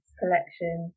collection